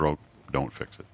broke don't fix it